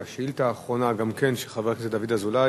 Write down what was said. והשאילתא האחרונה, גם כן של חבר הכנסת דוד אזולאי,